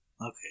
Okay